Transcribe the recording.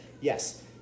Yes